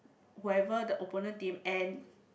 whoever the opponent team and